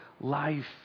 life